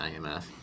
IMF